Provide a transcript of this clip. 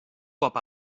cop